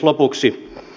lopuksi